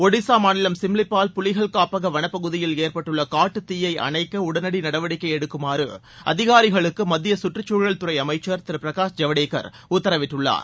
ஒடிசா மாநிலம் சிம்லிபால் புலிகள் காப்பக வளப்பகுதியில் ஏற்பட்டுள்ள காட்டுத் தீயை அணைக்க உடனடி நடவடிக்கை எடுக்குமாறு அதிகாரிகளுக்கு மத்திய சுற்றுச்சூழல் துறை அமைச்சா் திரு பிரகாஷ் ஜவடேகர் உத்தரவிட்டுள்ளார்